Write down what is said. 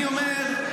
אני אומר,